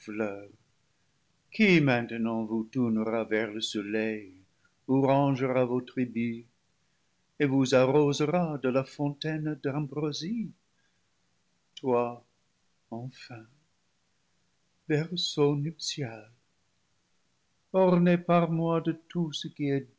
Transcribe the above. maintenant vous tour nera vers le soleil ou rangera vos tribus et vous arrosera de la fontaine d'ambroisie toi enfin berceau nuptial orné par moi de tout ce qui est